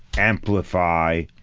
amplify,